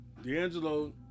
D'Angelo